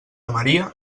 maria